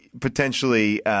potentially –